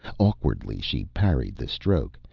awkwardly she parried the stroke,